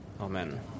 Amen